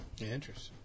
Interesting